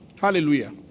Hallelujah